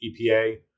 EPA